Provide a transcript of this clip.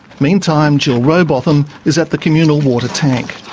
meantime, jill rowbottom is at the communal water tank.